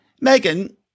Megan